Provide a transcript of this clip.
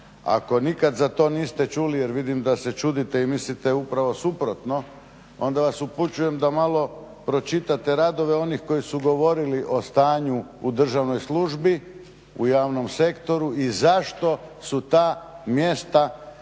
Ako nikad za to niste čuli jer vidim da se čudite i mislite upravo suprotno, onda vas upućujem da malo pročitate radove onih koji su govorili o stanju u državnoj službi, u javnom sektoru i zašto su ta mjesta